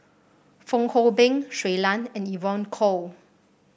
Fong Hoe Beng Shui Lan and Evon Kow